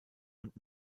und